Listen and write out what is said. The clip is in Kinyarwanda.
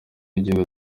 y’igihugu